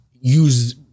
use